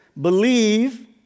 believe